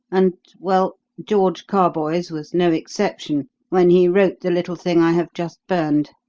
and well, george carboys was no exception when he wrote the little thing i have just burned.